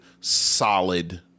solid